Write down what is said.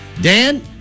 Dan